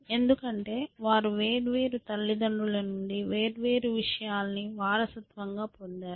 ఎందుకంటే వారు వేర్వేరు తల్లిదండ్రుల నుండి వేర్వేరు విషయాలను వారసత్వంగా పొందారు